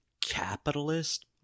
capitalist